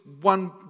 one